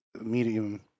medium